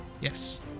Yes